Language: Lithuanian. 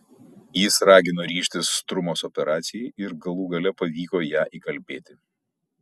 jis ragino ryžtis strumos operacijai ir galų gale pavyko ją įkalbėti